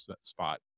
spot